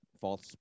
false